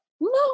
No